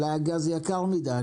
אולי הגז יקר מידי?